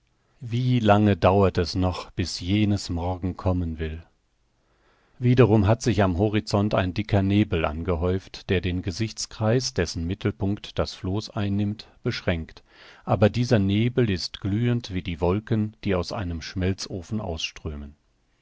wie lange dauert es doch bis jenes morgen kommen will wiederum hat sich am horizont ein dicker nebel angehäuft der den gesichtskreis dessen mittelpunkt das floß einnimmt beschränkt aber dieser nebel ist glühend wie die wolken die aus einem schmelzofen ausströmen